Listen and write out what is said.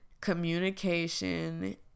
communication